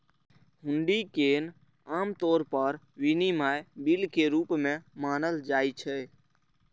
हुंडी कें आम तौर पर विनिमय बिल के रूप मे मानल जाइ छै